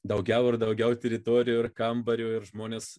daugiau ir daugiau teritorijų ir kambarių ir žmonės